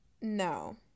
No